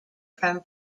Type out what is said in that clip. from